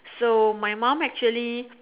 so my mom actually